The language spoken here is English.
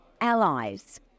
allies